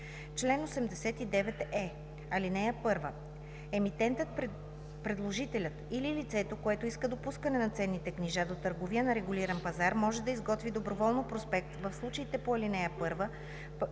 Чл. 89е. (1) Емитентът, предложителят или лицето, което иска допускане на ценните книжа до търговия на регулиран пазар, може да изготви доброволно проспект в случаите по чл. 1,